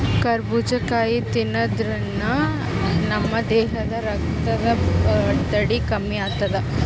ಕರಬೂಜ್ ಕಾಯಿ ತಿನ್ನಾದ್ರಿನ್ದ ನಮ್ ದೇಹದ್ದ್ ರಕ್ತದ್ ಒತ್ತಡ ಕಮ್ಮಿ ಆತದ್